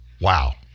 Wow